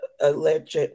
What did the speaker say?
alleged